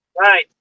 right